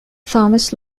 thomas